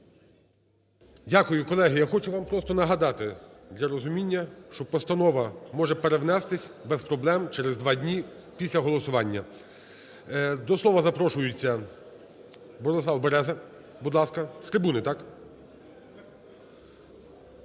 Дякую. Колеги, я хочу вам просто нагадати для розуміння, що постанова може перевнестись без проблем через два дні після голосування. До слова запрошується Борислав Береза. Будь ласка. З трибуни, так?